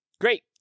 Great